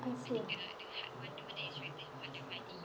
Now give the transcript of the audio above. I see